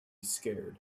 scared